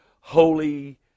Holy